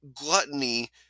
gluttony